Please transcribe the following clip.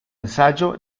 ensayo